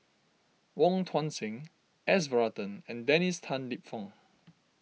Wong Tuang Seng S Varathan and Dennis Tan Lip Fong